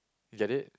you get it